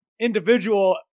individual